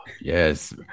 Yes